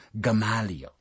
Gamaliel